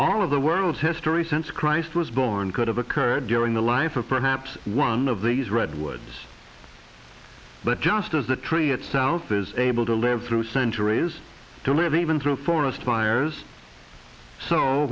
all of the world's history since christ was born could have occurred during the life or perhaps one of these redwoods but just as the tree itself is able to live through centuries to live even through forest fires so